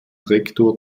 rektor